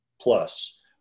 plus